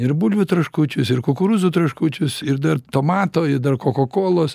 ir bulvių traškučius ir kukurūzų traškučius ir dar tomato i dar kokakolos